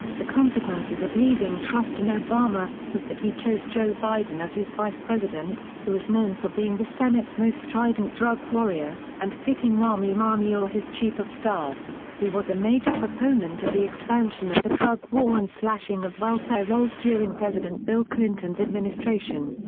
the consequences of leaving trust in obama, was that he chose joe biden as his vice president, who is known for being the senates most strident drug warrior, and picking rahm emanuel his chief of staff, who was a major proponent of the expansion of the drug war and slashing of welfare rolls during president bill clinton's administration.